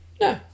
No